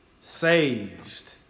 saved